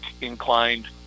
inclined